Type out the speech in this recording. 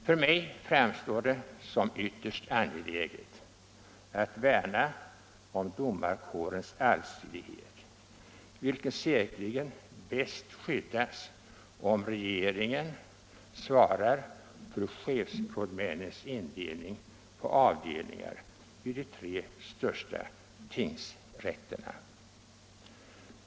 För mig framstår det som ytterst angeläget att värna om domarkårens allsidighet, vilken säkerligen bäst skyddas om regeringen svarar för chefsrådmännens indelning på avdelning vid de tre största tingsrätterna.